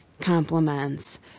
compliments